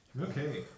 Okay